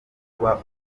kuba